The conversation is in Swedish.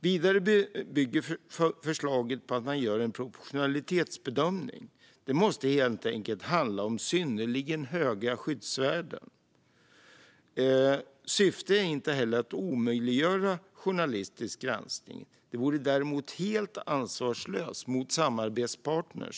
Vidare bygger förslaget på att man gör en proportionalitetsbedömning. Det måste helt enkelt handla om synnerligen höga skyddsvärden. Syftet är inte heller att omöjliggöra journalistisk granskning. Det vore däremot helt ansvarslöst mot samarbetspartner